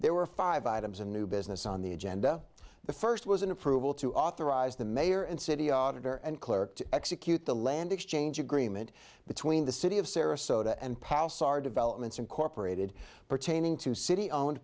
there were five items of new business on the agenda the first was an approval to authorize the mayor and city auditors and clerk to execute the land exchange agreement between the city of sarasota and palace are developments incorporated pertaining to city owned